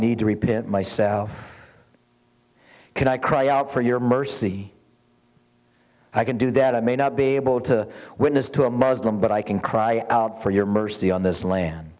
need to repeat it myself can i cry out for your mercy i can do that i may not be able to witness to a muslim but i can cry out for your mercy on this land